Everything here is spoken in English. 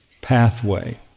pathway